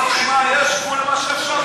יש גבול למה שאפשר לשמוע.